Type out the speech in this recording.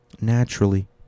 naturally